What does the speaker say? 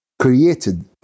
created